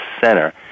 Center